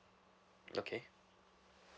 okay